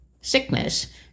sickness